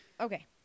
Okay